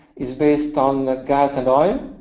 is based on the gas and oil.